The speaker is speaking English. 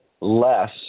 less